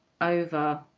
over